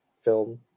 film